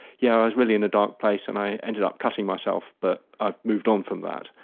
yeah i was really in a dark place and i ended up cutting myself but i've moved on from that.